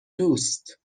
دوست